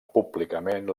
públicament